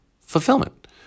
fulfillment